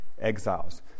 exiles